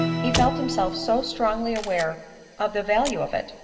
he felt himself so strong ly aware of the value of it,